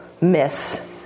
miss